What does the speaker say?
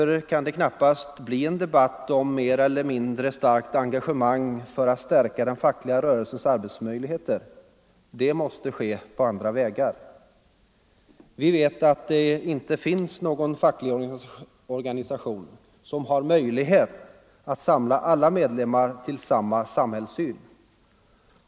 r kan det inte bli en debatt om mer eller mindre starkt engagemang för att stärka den fackliga rörelsens arbets möjligheter. Det måste ske på andra vägar. Vi vet att det inte finns någon facklig organisation som har möjlighet att samla alla medlemmar till samma samhällssyn.